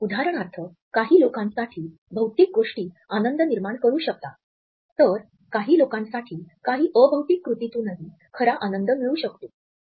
उदाहरणार्थ काही लोकांसाठी भौतिक गोष्टी आनंद निर्माण करू शकतात तर काही लोकांसाठी काही अभौतिक कृतीतूनही खरा आनंद मिळू शकतों